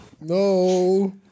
No